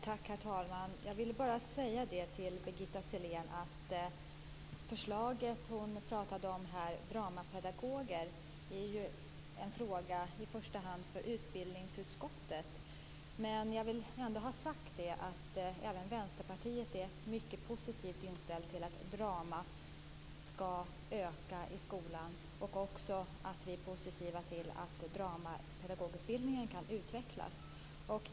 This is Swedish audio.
Herr talman! Jag vill bara säga till Birgitta Sellén att det förslag om dramapedagoger som hon pratade om i första hand är en fråga för utbildningsutskottet. Jag vill ändå ha sagt att även Vänsterpartiet är mycket positivt inställt till att undervisningen i drama skall öka i skolan. Vi är också positiva till att dramapedagogutbildningen kan utvecklas.